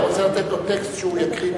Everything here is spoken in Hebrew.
אתה רוצה לתת לו טקסט שהוא יקריא?